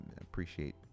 appreciate